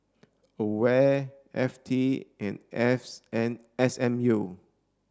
AWARE F T and S and S M U